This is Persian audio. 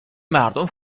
مردم